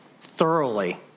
thoroughly